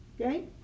Okay